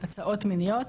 הטרדות מיניות,